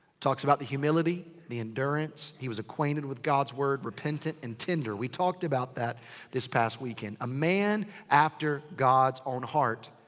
talks about the humility. the endurance. he was acquainted with god's word. repentant. and tender. we talked about that this past weekend. a man after god's own heart.